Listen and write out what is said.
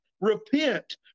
repent